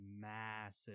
massive